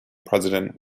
president